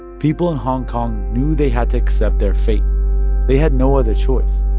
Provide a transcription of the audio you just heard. people in hong kong knew they had to accept their fate they had no other choice.